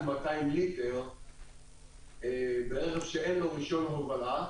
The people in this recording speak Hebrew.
200 ליטר --- שאין לו רישיון הובלה,